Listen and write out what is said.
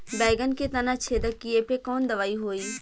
बैगन के तना छेदक कियेपे कवन दवाई होई?